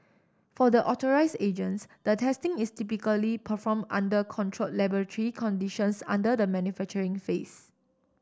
for the authorised agents the testing is typically performed under controlled laboratory conditions under the manufacturing phase